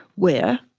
where,